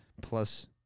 Plus